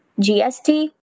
GST